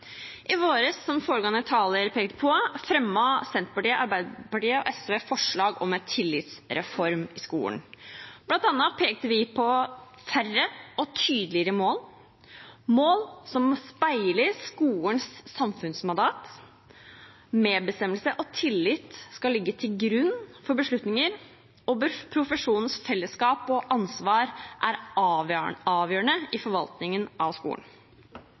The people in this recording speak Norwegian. I vår, som foregående taler pekte på, fremmet Senterpartiet, Arbeiderpartiet og SV forslag om en tillitsreform i skolen, bl.a. pekte vi på færre og tydeligere mål, mål som speiler skolens samfunnsmandat, at medbestemmelse og tillit skal ligge til grunn for beslutninger, og at profesjonens fellesskap og ansvar er avgjørende i forvaltningen av skolen.